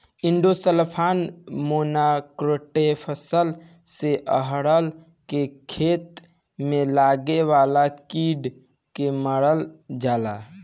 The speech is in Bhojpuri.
इंडोसल्फान, मोनोक्रोटोफास से अरहर के खेत में लागे वाला कीड़ा के मारल जाला